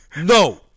No